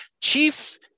chief